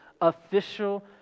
official